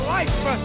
life